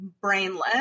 brainless